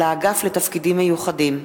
של האגף לתפקידים מיוחדים.